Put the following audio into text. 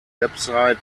website